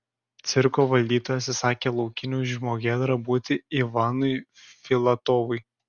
cirko valdytojas įsakė laukiniu žmogėdra būti ivanui filatovui